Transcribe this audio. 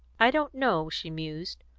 i don't know, she mused,